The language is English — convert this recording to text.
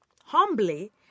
humbly